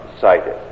cited